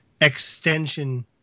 extension